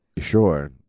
Sure